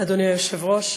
אדוני היושב-ראש,